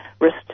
risk